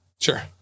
sure